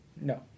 No